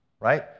right